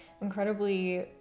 incredibly